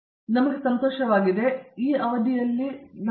ಇದು ನಮಗೆ ಸಂತೋಷವಾಗಿದೆ ಧನ್ಯವಾದಗಳು ನಿಮಗೆ